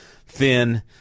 thin